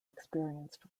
experienced